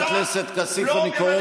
אני כמובן